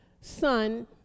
son